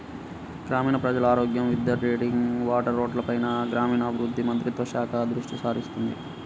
గ్రామీణ ప్రజల ఆరోగ్యం, విద్య, డ్రింకింగ్ వాటర్, రోడ్లపైన గ్రామీణాభివృద్ధి మంత్రిత్వ శాఖ దృష్టిసారిస్తుంది